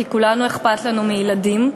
כי כולנו אכפת לנו מילדים.